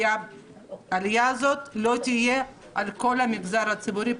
שהעלייה הזאת לא תהיה על כל המגזר הציבורי,